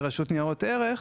מרשות ניירות ערך,